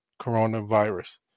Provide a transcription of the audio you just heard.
coronavirus